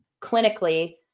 Clinically